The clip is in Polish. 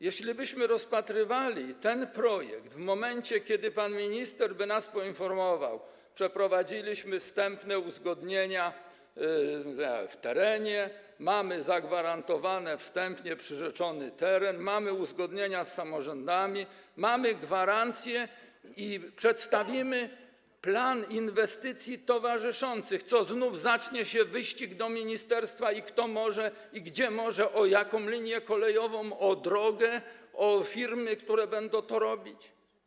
Jeślibyśmy rozpatrywali ten projekt w momencie, kiedy pan minister by nas poinformował, że przeprowadziliśmy wstępne uzgodnienia w terenie, mamy zagwarantowany, wstępnie przyrzeczony teren, mamy uzgodnienia z samorządami, mamy gwarancję i przedstawimy plan inwestycji towarzyszących, to co, znów zacznie się wyścig do ministerstwa, kto może i gdzie może, o jaką linię kolejową, o drogę, o firmy, które będą to robić?